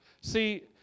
see